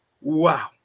wow